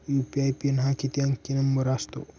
UPI pin हा किती अंकी नंबर असतो?